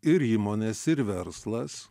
ir įmonės ir verslas